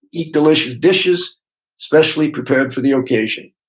eat delicious dishes specially prepared for the occasion.